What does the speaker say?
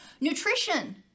Nutrition